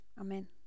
Amen